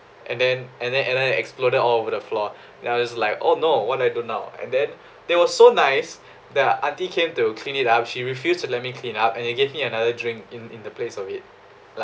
and then and then and then it exploded all over the floor and I was like oh no what will I do now and then they were so nice that auntie came to clean it up she refused to let me clean up and she gave me another drink in in the place of it